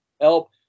help